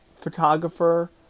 photographer